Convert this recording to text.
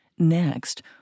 Next